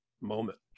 moment